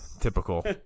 Typical